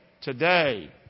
today